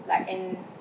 like in